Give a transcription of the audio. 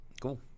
cool